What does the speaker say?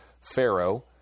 Pharaoh